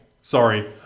Sorry